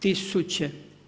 Tisuće.